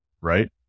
right